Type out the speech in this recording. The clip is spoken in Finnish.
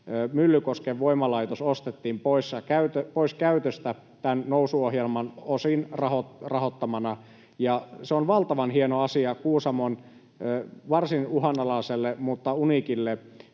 Myllykosken voimalaitos ostettiin pois käytöstä tämän Nousu-ohjelman osin rahoittamana. Se on valtavan hieno asia Kuusamon varsin uhanalaiselle mutta uniikille